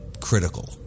critical